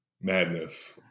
Madness